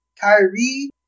Kyrie